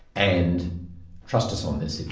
and trust us on this